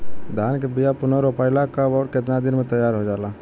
धान के बिया पुनः रोपाई ला कब और केतना दिन में तैयार होजाला?